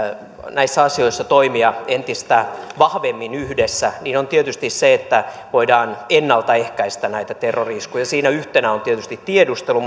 näissä asioissa toimia entistä vahvemmin yhdessä niin tietysti siinä että voidaan ennaltaehkäistä näitä terrori iskuja yhtenä on tiedustelu